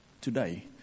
today